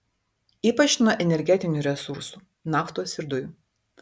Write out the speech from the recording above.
ypač nuo energetinių resursų naftos ir dujų